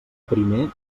primer